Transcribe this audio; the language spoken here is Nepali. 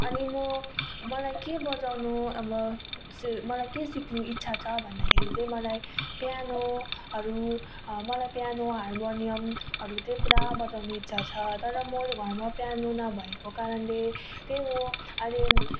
अनि म मलाई के बजाउनु अब मलाई के सिक्नु इच्छा छ भन्दाखेरि चाहिँ मलाई प्यानोहरू मलाई प्यानो हार्मोनियमहरू चाहिँ पुरा बजाउनु इच्छा छ तर म घरमा प्यानो नभएको कारणले त्यही म अहिले